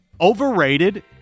overrated